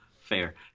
fair